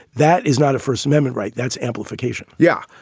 that is not a first amendment right. that's amplification yeah.